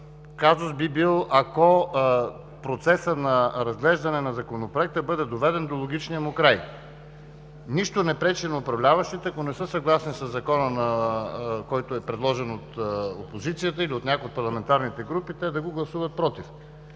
казус би било ако процесът на разглеждане на законопроекта бъде доведен до логичния му край. Нищо не пречи на управляващите, ако не са съгласни със законопроекта, който е предложен от опозицията или от някоя от парламентарните групи, да гласуват „против“.